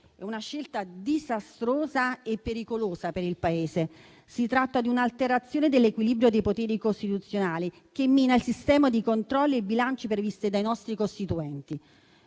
è una scelta disastrosa e pericolosa per il Paese. Si tratta di un'alterazione dell'equilibrio dei poteri costituzionali che mina il sistema di controlli e bilanciamenti previsti dai nostri Costituenti.